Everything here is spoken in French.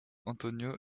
antonio